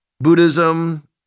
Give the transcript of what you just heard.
Buddhism